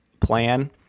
plan